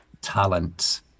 talent